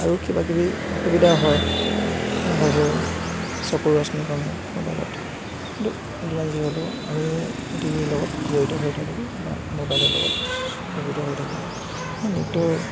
আৰু কিবা কিবি অসুবিধা হয় হ'লেও চকু ৰশ্মি কমে ম'বাইলত কিন্তু যিমান যি হ'লেও আমি লগত জড়িত হৈ থাকোঁ ম'বাইলৰ লগত জড়িত হৈ থাকোঁ নিতৌ